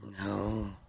No